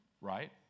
right